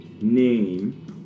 name